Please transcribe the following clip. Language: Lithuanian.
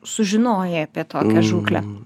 sužinojai apie tokią žūklę